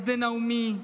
חסדי נעמי,